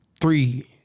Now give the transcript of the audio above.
three